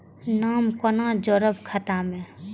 नाम कोना जोरब खाता मे